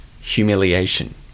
humiliation